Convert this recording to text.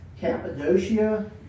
Cappadocia